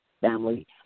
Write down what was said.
family